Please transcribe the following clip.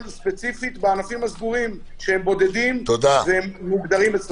ספציפית בענפים הסגורים שהם בודדים והם מוגדרים.